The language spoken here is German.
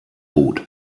boot